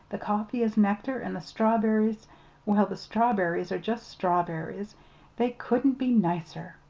the coffee is nectar, and the strawberries well, the strawberries are just strawberries they couldn't be nicer.